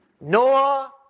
Noah